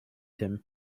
him